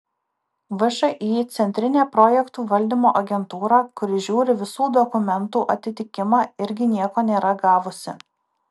všį centrinė projektų valdymo agentūra kuri žiūri visų dokumentų atitikimą irgi nieko nėra gavusi